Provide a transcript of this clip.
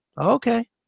Okay